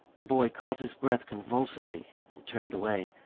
the boy caught his breath convulsively and turned away.